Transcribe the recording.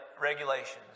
regulations